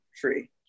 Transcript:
free